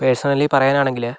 personally പറയുകയാണെങ്കില്